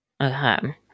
Okay